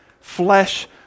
flesh